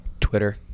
Twitter